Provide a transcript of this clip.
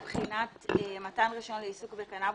הוועדה לבחינת25ז2.(א)